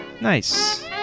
Nice